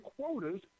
quotas